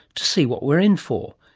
to see what we're in for?